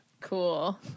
Cool